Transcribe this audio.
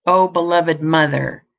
oh beloved mother,